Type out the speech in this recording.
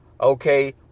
Okay